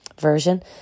version